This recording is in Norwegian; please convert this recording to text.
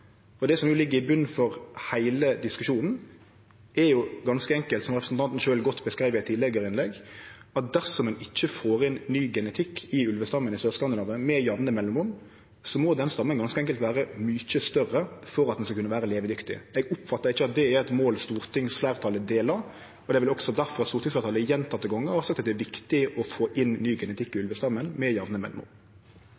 Det som ligg i botnen for heile diskusjonen, er jo ganske enkelt, som representanten sjølv beskreiv godt i eit tidlegare innlegg, at dersom ein ikkje får inn ny genetikk i ulvestammen i Sør-Skandinavia med jamne mellomrom, så må den stammen ganske enkelt vere mykje større for at han skal kunne vere levedyktig. Eg oppfattar ikkje at det er eit mål stortingsfleirtalet deler, og det er vel også difor stortingsfleirtalet gjentekne gongar har sagt at det er viktig å få inn ny genetikk i